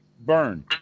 burn